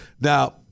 now